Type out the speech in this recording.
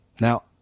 Now